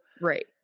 Right